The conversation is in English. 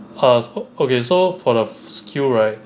uh so okay so for the skill right